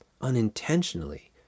Unintentionally